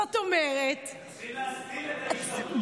זאת אומרת, צריכים, את ההשתמטות.